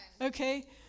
okay